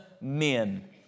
men